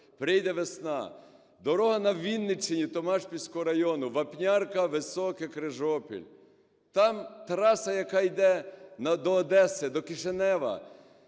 Прийде весна, дорога на Вінниччині Томашпільського району Вапнярка–Високе–Крижопіль, там траса, яка йде до Одеси, до Кишинева.